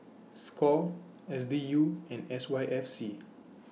SCORE S D U and S Y F C